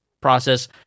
process